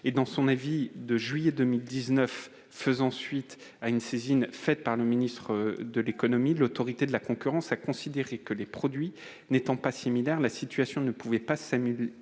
Dans son avis de juillet 2019, à la suite d'une saisine du ministre de l'économie, l'Autorité de la concurrence a considéré que, les produits n'étant pas similaires, la situation ne pouvait pas être